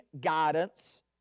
guidance